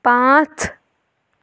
پانٛژھ